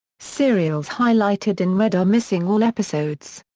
serials highlighted in red are missing all episodes.